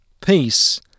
peace